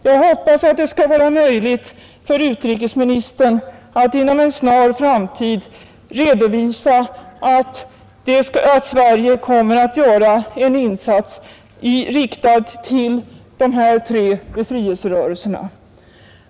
Jag hoppas att det skall vara möjligt för utrikesministern att inom en snar framtid redovisa att Sverige kommer att göra en insats riktad till de här tre befrielserörelserna.